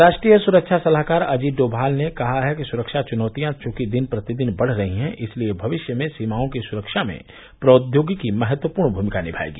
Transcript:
राष्ट्रीय सुरक्षा सलाहकार अजीत डोमाल ने कहा है कि सुरक्षा चुनौतियां चूंकि दिन प्रति दिन बढ़ रही हैं इसलिए भविष्य में सीमाओं की सुरक्षा में प्रौद्योगिकी महत्वपूर्ण भूमिका निभायेगी